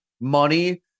money